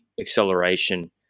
acceleration